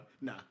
Nah